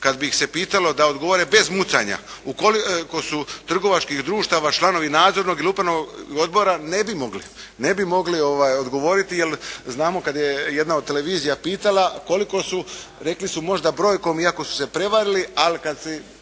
kad bi ih se pitalo da odgovore bez mucanja u koliko su trgovačkih društava članovi nadzornog ili upravnog odbora, ne bi mogli. Ne bi mogli odgovoriti jer znamo kad je jedna od televizija pitala koliko su, rekli su možda brojkom iako su se prevarili. Ali kad je